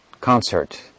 concert